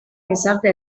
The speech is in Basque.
gizarte